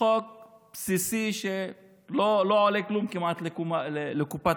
חוק בסיסי שלא עולה כלום כמעט לקופת